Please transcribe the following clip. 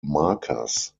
markers